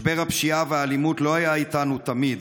משבר הפשיעה והאלימות לא היה איתנו תמיד,